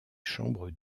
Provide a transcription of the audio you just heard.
chambres